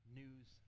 news